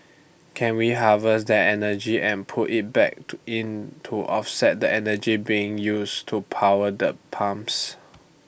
can we harvest that energy and put IT back to in to offset the energy being used to power the pumps